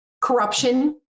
corruption